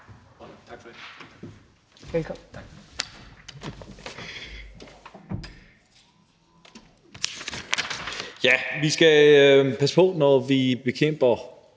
det. Vi skal passe på, når vi bekæmper